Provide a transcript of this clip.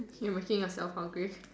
your making yourself hungry